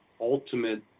ultimate